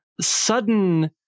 sudden